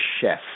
chef